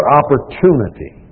opportunity